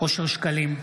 אושר שקלים,